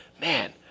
man –